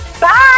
Bye